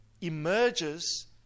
emerges